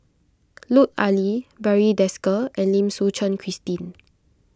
Lut Ali Barry Desker and Lim Suchen Christine